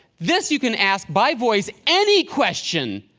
this you can ask by voice any question.